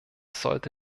sollte